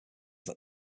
that